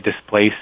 displace